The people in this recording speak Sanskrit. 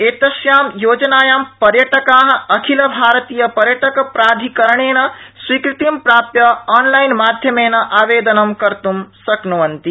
एतस्यां योजनायां पर्यटका अखिल भारतीय पर्यटक प्राधिकरणेन स्वीकृतिं प्राप्य ऑनलाइनमाध्यमेन आवेदनं कर्त् शक्नुवन्ति